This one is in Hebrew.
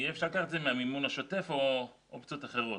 יהיה אפשר לקחת את זה מהמימון השוטף או אופציות אחרות?